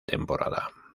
temporada